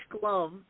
glove